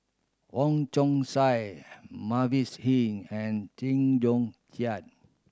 Wong Chong Sai Mavis Hee and Chew Joo Chiat